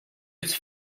its